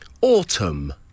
Autumn